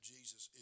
Jesus